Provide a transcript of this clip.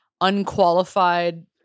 unqualified